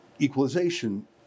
equalization